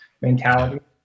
mentality